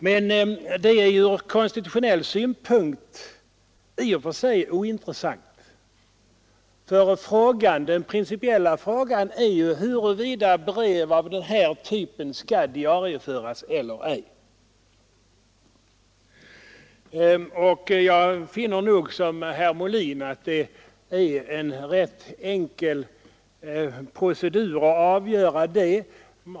Men detta är från konstitutionell synpunkt i och för sig ointressant, ty den principiella frågan är huruvida brev av den här typen skall diarieföras eller ej. Jag finner nog som herr Molin att det är en rätt enkel procedur att avgöra detta.